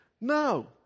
No